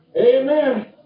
Amen